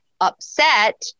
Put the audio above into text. upset